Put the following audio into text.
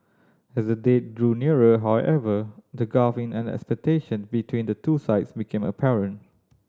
as the date drew nearer however the gulf in an expectation between the two sides became apparent